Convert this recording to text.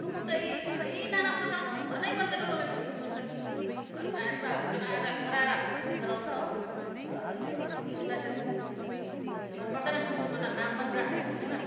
सुँगुर चाहिँ साह्रै नाराम्रो छ मनै पर्दैन मलाई त्यो सुँगुर कराएर कराएर कराएर हत्तु खेलाउँछ हो अन्त त्यही भएर सुँगुर चाहिँ अहँ मन पर्दैन सुँगुरको त नाम पनि राखेको छुइनँ